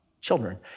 children